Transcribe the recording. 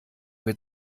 mir